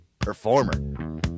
performer